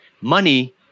Money